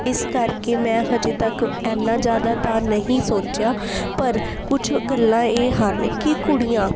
ਇਸ ਕਰਕੇ ਮੈਂ ਹਜੇ ਤੱਕ ਇੰਨਾ ਜ਼ਿਆਦਾ ਤਾਂ ਨਹੀਂ ਸੋਚਿਆ ਪਰ ਕੁਛ ਗੱਲਾਂ ਇਹ ਹਨ ਕਿ ਕੁੜੀਆਂ